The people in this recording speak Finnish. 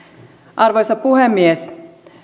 arvoisa puhemies